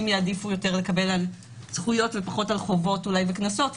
יעדיפו יותר לקבל על זכויות ופחות על חובות וקנסות,